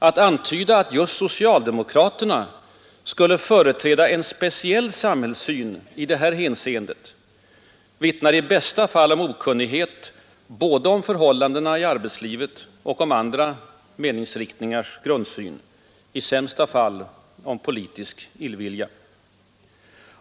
Att antyda att just socialdemokraterna skulle företräda en speciell samhällssyn i detta hänseende vittnar i bästa fall om okunnighet både om förhållandena i arbetslivet och om andra meningsriktningars grundsyn, i sämsta fall om politisk illvilja.